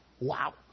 Wow